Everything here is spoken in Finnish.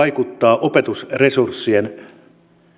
vaikuttaa opetusresurssien